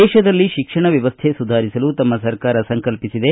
ದೇಶದಲ್ಲಿ ಶಿಕ್ಷಣ ವ್ಯವಸ್ಥೆ ಸುಧಾರಿಸಲು ತಮ್ಮ ಸರ್ಕಾರ ಸಂಕಲ್ಷಿಸಿದೆ